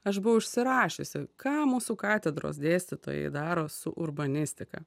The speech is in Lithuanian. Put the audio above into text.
aš buvau užsirašiusi ką mūsų katedros dėstytojai daro su urbanistika